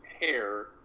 hair